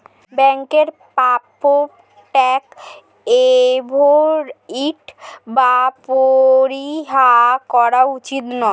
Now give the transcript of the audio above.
ব্যাংকের প্রাপ্য tax avoid বা পরিহার করা উচিত নয়